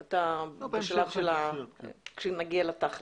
בסדר גמור, כשנגיע לתכלס.